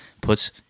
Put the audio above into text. puts